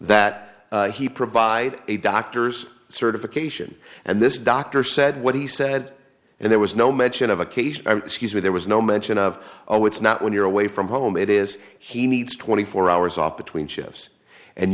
that he provide a doctor's certification and this doctor said what he said and there was no mention of a case where there was no mention of oh it's not when you're away from home it is he needs twenty four hours off between shifts and